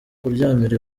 kuryamira